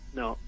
no